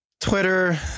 twitter